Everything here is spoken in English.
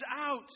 out